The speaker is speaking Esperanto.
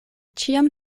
ĉiam